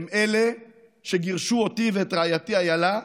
הם אלה שגירשו אותי ואת רעייתי איילה,